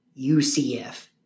UCF